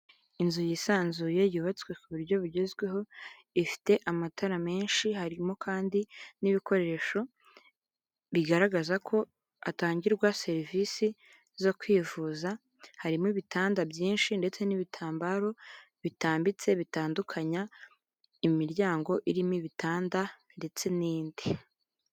Inzu yisanzuye yubatswe ku buryo bugezweho ifite amatara menshi harimo kandi n'ibikoresho bigaragaza ko hatangirwa serivisi zo kwivuza, harimo ibitanda byinshi ndetse n'ibitambaro bitambitse bitandukanya imiryango irimo ibitanda ndetse n'indi.